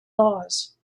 laws